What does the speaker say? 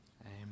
Amen